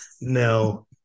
no